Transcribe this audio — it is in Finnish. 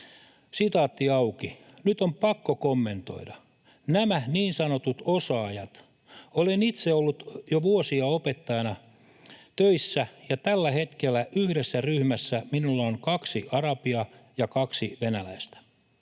pykäläämme: ”Nyt on pakko kommentoida. Nämä niin sanotut osaajat: Olen itse ollut jo vuosia opettajana töissä, ja tällä hetkellä yhdessä ryhmässä minulla on kaksi arabia ja kaksi venäläistä.